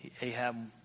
Ahab